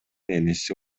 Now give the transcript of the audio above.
энеси